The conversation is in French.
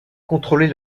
contrôler